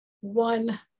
one